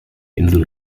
insel